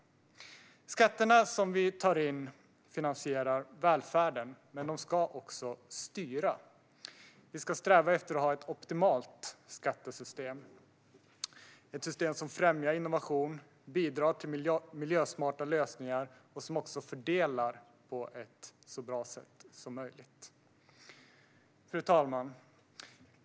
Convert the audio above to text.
De skatter vi tar in finansierar välfärden, men de ska också styra. Vi ska sträva efter att ha ett optimalt skattesystem, ett system som främjar innovation och bidrar till miljösmarta lösningar och som också fördelar på ett så bra sätt som möjligt. Fru talman!